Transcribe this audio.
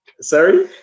Sorry